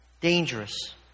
dangerous